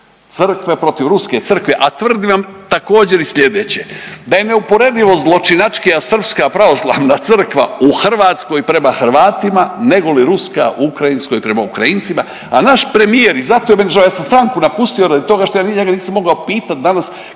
crkve protiv ruske crkve a tvrdim vam također i sljedeće, da je neuporedivo zločinačkija srpska pravoslavna crkva u Hrvatskoj prema Hrvatima nego li ruska u ukrajinskoj prema Ukrajincima. A naš premijer i zato je meni žao, ja sam stranku napustio radi toga, ja njega nisam mogao pitati danas